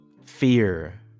fear